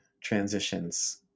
transitions